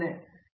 professor